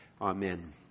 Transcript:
Amen